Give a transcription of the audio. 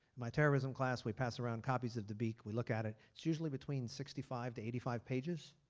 my terrorism class we pass around copies of dabiq, we look at it. it's usually between sixty five to eighty five pages.